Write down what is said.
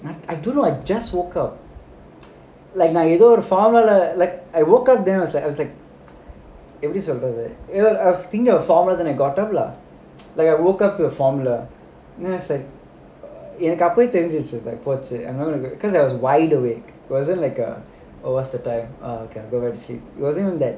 I don't know I just woke up like நான் ஏதோ ஒரு:naan yetho oru formula lah like I woke up then I was like I was like I was thinking of finals then I got up lah like I woke up to a formula then I was like எனக்கு அப்போவே தெரிஞ்சிருச்சு போச்சு:enakku appovae therinji pochu because I was wide awake it wasn't like err what's the time oh I can go back sleep it wasn't even that